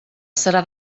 serà